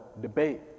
debate